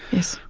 yes.